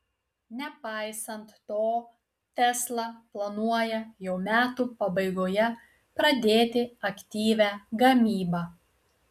nepaisant to tesla planuoja jau metų pabaigoje pradėti aktyvią gamybą